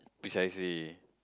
precisely